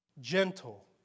gentle